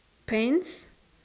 pants